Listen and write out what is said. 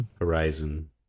Horizon